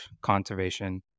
conservation